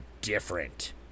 different